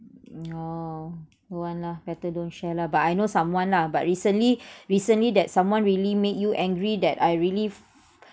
no don't want lah] better don't share lah but I know someone lah but recently recently that someone really make you angry that I really